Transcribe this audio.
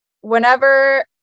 Whenever